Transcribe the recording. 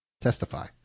testify